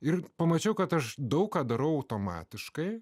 ir pamačiau kad aš daug ką darau automatiškai